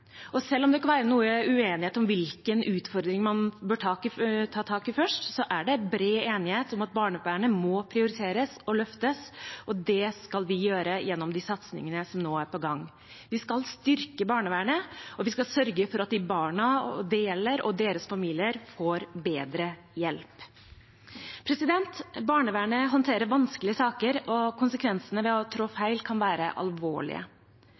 og selv om det kan være noe uenighet om hvilke utfordringer man bør ta tak i først, er det bred enighet om at barnevernet må prioriteres og løftes, og det skal vi gjøre gjennom de satsingene som nå er på gang. Vi skal styrke barnevernet, og vi skal sørge for at de barna det gjelder, og deres familier, får bedre hjelp. Barnevernet håndterer vanskelige saker, og konsekvensene ved å trå feil kan være alvorlige.